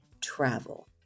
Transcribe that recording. travel